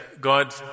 God